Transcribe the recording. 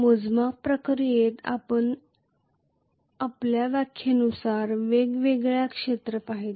मोजमाप प्रक्रियेत आपण आमच्या व्याख्येनुसार वेगवेगळे क्षेत्र पाहिले